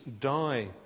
die